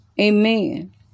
Amen